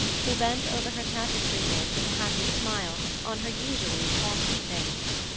who bent over her tapestry work with a happy smile on her usually haughty face.